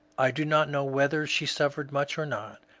i do not know whether she suffered much or not,